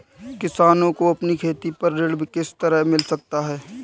किसानों को अपनी खेती पर ऋण किस तरह मिल सकता है?